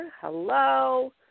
hello